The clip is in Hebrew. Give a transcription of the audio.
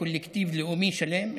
קולקטיב לאומי שלם,